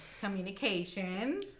communication